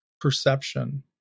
perception